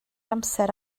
amser